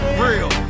real